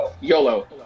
YOLO